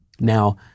Now